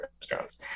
restaurants